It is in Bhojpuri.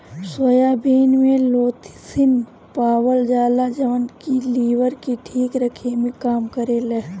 सोयाबीन में लेथिसिन पावल जाला जवन की लीवर के ठीक रखे में काम करेला